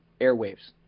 airwaves